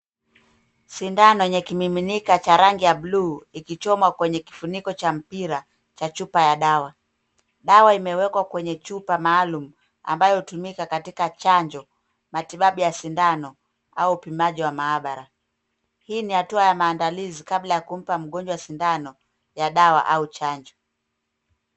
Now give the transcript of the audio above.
Sindano yenye kimiminika cha rangi ya bluu ikichoma kwenye kifuniko cha mpira cha chupa ya dawa. Dawa imewekwa kwenye chupa maalum ambayo hutumika katika chanjo, matibabu ya sindano au upimaji wa maabara. Hii ni hatua ya maandalizi kabla ya kumpa mgonjwa sindano ya dawa au chanjo.